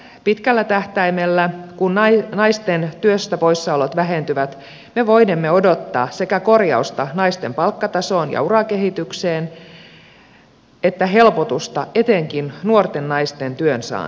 pitkällä tähtäimellä kun naisten poissaolot työstä vähentyvät me voinemme odottaa sekä korjausta naisten palkkatasoon ja urakehitykseen että helpotusta etenkin nuorten naisten työnsaantiin